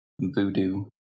voodoo